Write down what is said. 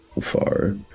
far